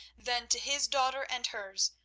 then to his daughter and hers,